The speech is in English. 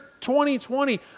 2020